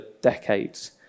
decades